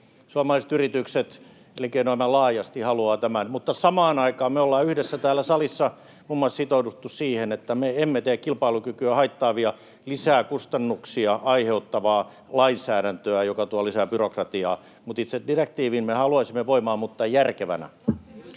suomalaiset yritykset ja elinkeinoelämä laajasti haluavat tämän. Mutta samaan aikaan me ollaan yhdessä täällä salissa muun muassa sitouduttu siihen, että me emme tee kilpailukykyä haittaavaa, lisää kustannuksia aiheuttavaa lainsäädäntöä, joka tuo lisää byrokratiaa. Itse direktiivin me haluaisimme voimaan, mutta järkevänä.